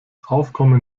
aufkommen